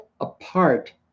apart